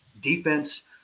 defense